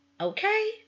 okay